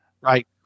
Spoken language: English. Right